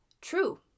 true